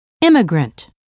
immigrant